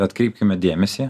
atkreipkime dėmesį